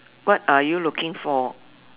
what are you looking for